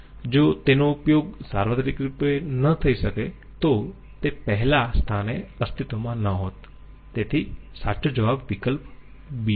જો તેનો ઉપયોગ સાર્વત્રિક રૂપે થઈ ન શકે તો તે પહેલા સ્થાને અસ્તિત્વમાં ન હોત તેથી સાચો જવાબ વિકલ્પ b છે